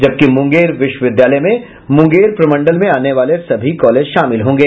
जबकि मुंगेर विश्वविद्यालय में मुंगेर प्रमंडल में आने वाले सभी कॉलेज शामिल होंगे